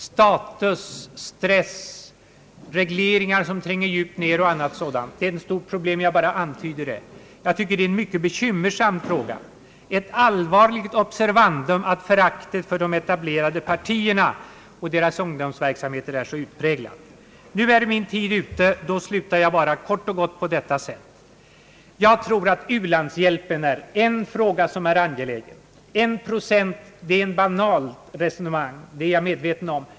Status, stress, regleringar, som tränger djupt ned, och mycket annat är stora problem, som jag endast antyder. Det är mycket bekymmersamma problem. Det är ett allvarligt observandum att föraktet för de etablerade partierna och deras ungdomsverksamhet är så utpräglat. Eftersom tiden för mitt anförande är ute vill jag kort och gott sluta på detta sätt: Jag tror att u-landshjälpen är en fråga som är angelägen. Jag är medveten om att talet om en u-landshjälp på 1 procent av nationalprodukten är ett banalt resonemang.